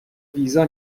ویزا